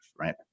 right